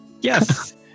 Yes